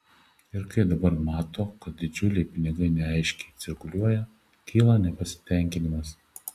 ir kai dabar mato kad didžiuliai pinigai neaiškiai cirkuliuoja kyla nepasitenkinimas